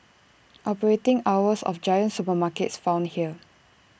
operating hours of giant supermarkets found here